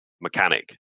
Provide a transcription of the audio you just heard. mechanic